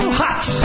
hot